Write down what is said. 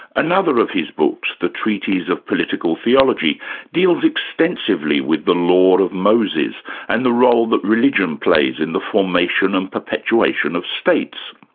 another of his book, the treatise of political theology deals extensively with the law of moses and the role that religion plays in the formation and perpetuation of states.